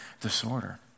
disorder